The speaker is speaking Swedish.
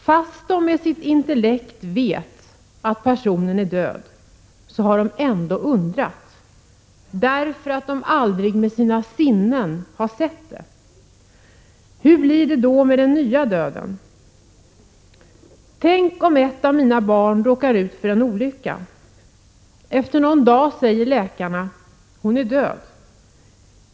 Fast de med sitt intellekt vet att personen är död, har de ändå undrat — därför att de aldrig med sina sinnen upplevt det. Hur blir det då med den nya döden? Tänk om ett av mina barn råkar ut för en olycka. Efter någon dag säger läkarna: Hon är död.